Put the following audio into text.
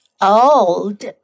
old